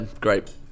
great